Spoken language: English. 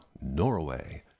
Norway